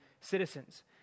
citizens